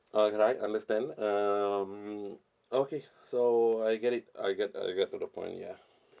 alright understand um okay so I get it I get I get to the point ya